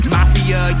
Mafia